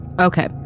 Okay